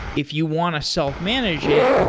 if you want to self-manage it,